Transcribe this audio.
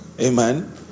Amen